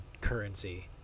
currency